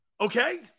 Okay